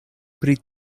pri